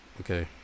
Okay